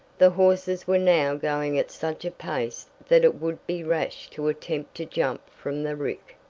the horses were now going at such a pace that it would be rash to attempt to jump from the rick.